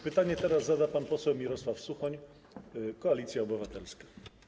Pytanie teraz zada pan poseł Mirosław Suchoń, Koalicja Obywatelska.